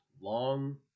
long